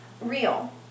real